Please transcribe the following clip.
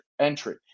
Entry